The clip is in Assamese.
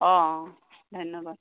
অ' অ' ধন্যবাদ